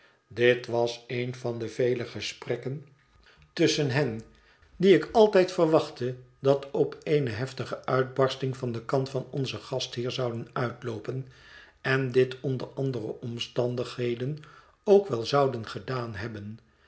dit was een van de vele gesprekken tusschen hen die ik altijd verwachtte dat op eene heftige uitbarsting van den kant van onzen gastheer zouden uitloopen en dit onder andere omstandigheden ook wel zouden gedaan hebben